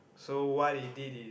so what he did is